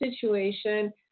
situation